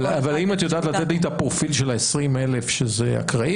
אבל האם את יודעת לתת לי את הפרופיל של ה-20,000 שזה אקראי